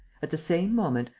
at the same moment,